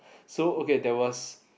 so okay there was